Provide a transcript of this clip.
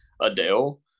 Adele